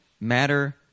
matter